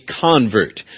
convert